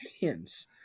hands